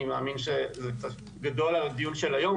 מאמין שזה קצת גדול על הדיון של היום,